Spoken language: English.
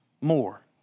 more